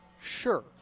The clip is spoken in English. Sure